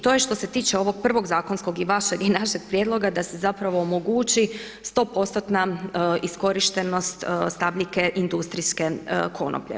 To je što se tiče ovog prvog zakonskog i vašeg i našeg prijedloga, da se zapravo omogući 100%-tna iskorištenost stabljike industrijske konoplje.